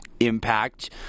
impact